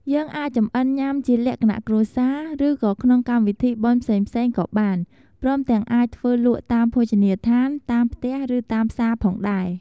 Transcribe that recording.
យើងអាចចំអិនញុាំជាលក្ខណៈគ្រួសារ ឬក៏ក្នុងកម្មវិធីបុណ្យផ្សេងៗក៏បាន ព្រមទាំងអាចធ្វើលក់តាមភោជនីយដ្ឋាន តាមផ្ទះ ឬតាមផ្សារផងដែរ។